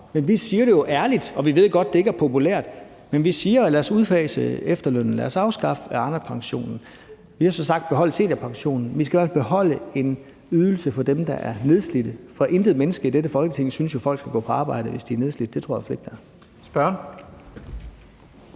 at starte helt forfra. Vi ved godt, det ikke er populært, men vi siger jo ærligt: Lad os udfase efterlønnen, og lad os afskaffe Arnepensionen. Vi har så sagt, at vi skal beholde seniorpensionen, og vi skal også beholde en ydelse for dem, der er nedslidte, for intet menneske i dette Folketing synes, at folk skal gå på arbejde, hvis de er nedslidt – det tror jeg i hvert fald